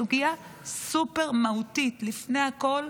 סוגיה סופר-מהותית, לפני הכול,